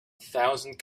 thousand